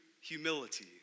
humility